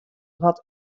wat